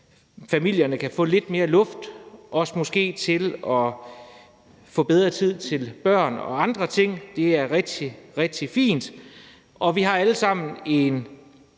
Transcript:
familierne kan få lidt mere luft, også måske til at få bedre tid til børn og andet. Det er rigtig, rigtig fint, og vi har alle sammen